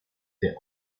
der